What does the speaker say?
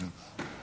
כי